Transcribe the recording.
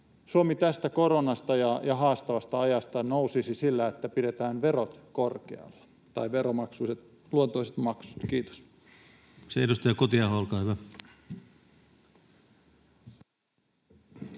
Suomi tästä koronasta ja haastavasta ajasta nousisi sillä, että pidetään verot, tai veroluontoiset maksut, korkealla. — Kiitos. Edustaja Kotiaho, olkaa hyvä. Arvoisa